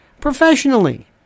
professionally